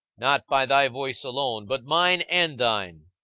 not by thy voice alone, but mine and thine.